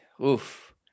Oof